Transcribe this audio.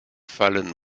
fallen